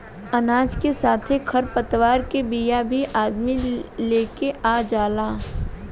अनाज के साथे खर पतवार के बिया भी अदमी लेके आ जाला